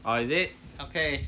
orh is it ok